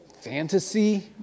fantasy